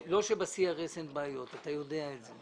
לא שב-CRS אין בעיות, אתה יודע את זה,